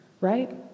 right